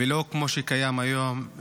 ולא כמו שקיים היום,